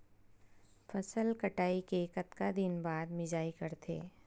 फसल कटाई के कतका दिन बाद मिजाई करथे?